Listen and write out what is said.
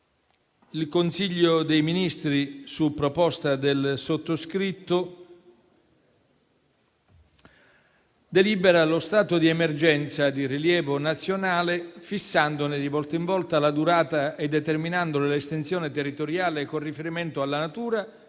il Consiglio dei ministri, su proposta del sottoscritto, delibera lo stato di emergenza di rilievo nazionale, fissandone di volta in volta la durata e determinandone l'estensione territoriale con riferimento alla natura